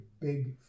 big